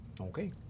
Okay